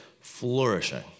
flourishing